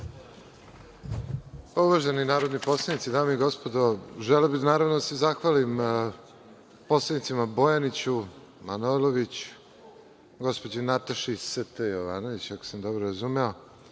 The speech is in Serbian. Uvaženi narodni poslanici, dame i gospodo, želeo bih naravno da se zahvalim poslanicima: Bojaniću, Manojloviću, gospođi Nataši St. Jovanović, ako sam dobro razumeo,